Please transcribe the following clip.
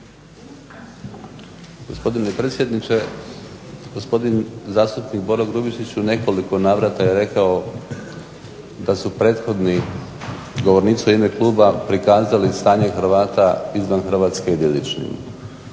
Gospodine predsjedniče, gospodin zastupnik Grubišić u nekoliko je navrata rekao da su prethodni govornici Kluba prikazali stanje Hrvata izvan Hrvatske idiličnim.